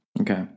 Okay